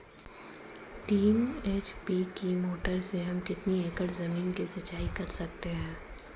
तीन एच.पी की मोटर से हम कितनी एकड़ ज़मीन की सिंचाई कर सकते हैं?